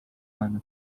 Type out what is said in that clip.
kaela